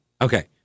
Okay